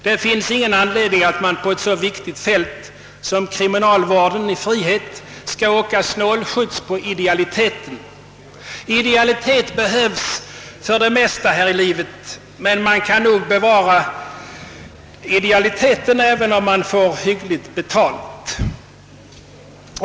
Det finns ingen anledning att man på ett så viktigt fält som kriminalvården i frihet skall åka snålskjuts på idealiteten. Idealitet behövs för det mesta här i livet, men man kan nog bevara idealiteten, även om man får hyggligt betalt.